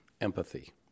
empathy